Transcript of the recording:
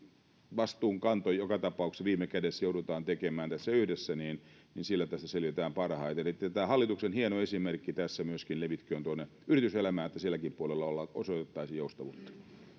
vastuunkanto joka tapauksessa viime kädessä joudutaan tekemään tässä yhdessä niin niin sillä tästä selvitään parhaiten tämä hallituksen hieno esimerkki tässä levitköön myöskin tuonne yrityselämään niin että silläkin puolella osoitettaisiin joustavuutta